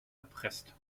erpresst